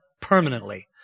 permanently